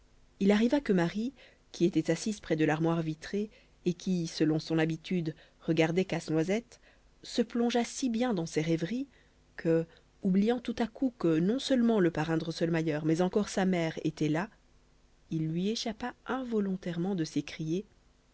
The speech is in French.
il arriva que marie qui était assise près de l'armoire vitrée et qui selon son habitude regardait casse-noisette se plongea si bien dans ses rêveries que oubliant tout à coup que non seulement le parrain drosselmayer mais encore sa mère étaient là il lui échappa involontairement de